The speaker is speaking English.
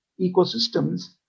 ecosystems